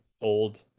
old